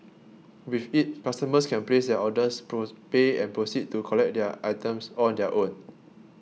with it customers can place their orders pay and proceed to collect their items on their own